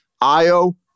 IO